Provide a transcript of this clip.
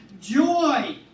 joy